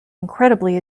incredibly